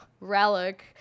relic